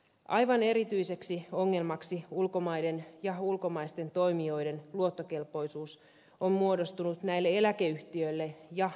aivan erityiseksi ongelmaksi ulkomaiden ja ulkomaisten toimijoiden luottokelpoisuus on muodostunut näille eläkeyhtiöille ja eläkerahastoille